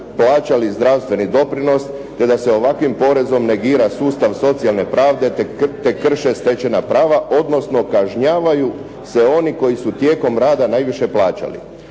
plaćali zdravstveni doprinos te da se ovakvim porezom negira sustav socijalne pravde te krše stečena prava, odnosno kažnjavaju se oni koji su tijekom rada najviše plaćali.